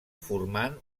formant